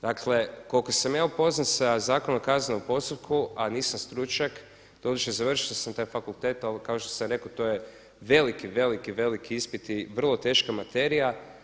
Dakle koliko sam ja upoznat sa Zakonom o kaznenom postupku, a nisam stručnjak, doduše završio sam taj fakultet ali kao što sam rekao to je velik, veliki, veliki ispit i vrlo teška materija.